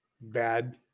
Bad